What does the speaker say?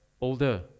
older